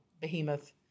behemoth